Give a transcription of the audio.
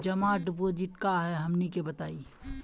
जमा डिपोजिट का हे हमनी के बताई?